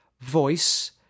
voice